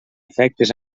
efectes